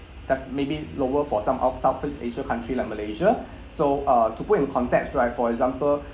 that maybe lower for some ~out southeast asia country like malaysia so uh to put in context right for example